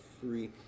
Three